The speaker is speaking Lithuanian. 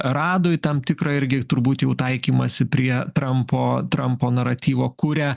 radoj tam tikrą irgi turbūt jau taikymąsi prie trampo trampo naratyvo kuria